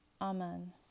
Amen